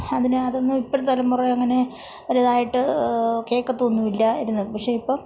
അതിനോ അതൊന്നും ഇപ്പോഴത്തെ തലമുറ അങ്ങനെ ഒരു ഇതായിട്ട് കേൾക്കത്തൊന്നും ഇല്ലായിരുന്നു പക്ഷേ ഇപ്പോൾ